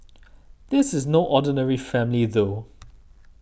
this is no ordinary family though